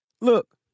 Look